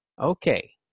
Okay